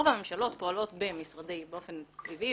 רוב הממשלות פועלות באופן אקטיבי,